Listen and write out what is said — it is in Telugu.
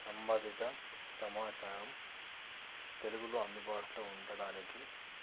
సంపాధిత సమాచారం తెలుగులో అందుబాటులో ఉండడానికి